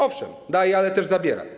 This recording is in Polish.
Owszem, daje, ale też zabiera.